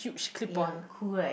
ya cool right